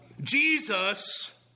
Jesus